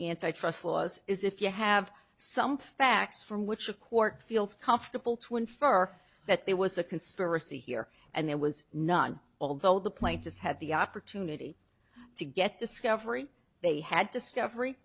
antitrust laws is if you have some facts from which a court feels comfortable to infer that there was a conspiracy here and there was none although the plaintiffs have the opportunity to get discovery they had discovery